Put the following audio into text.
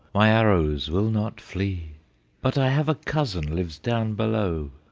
my arrows will not flee but i have a cousin lives down below,